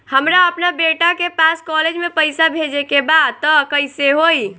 हमरा अपना बेटा के पास कॉलेज में पइसा बेजे के बा त कइसे होई?